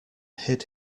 hid